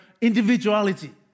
individuality